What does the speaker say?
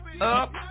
up